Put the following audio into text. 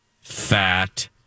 fat